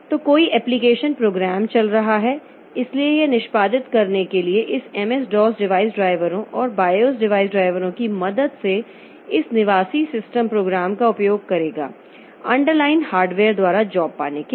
तो कोई application program चल रहा है इसलिए यह निष्पादित करने के लिए इस MS DOS डिवाइस ड्राइवरों और बायोस डिवाइस ड्राइवरों की मदद से इस निवासी सिस्टम प्रोग्राम का उपयोग करेगा अंडरलाइन हार्डवेयर द्वारा जॉब पाने के लिए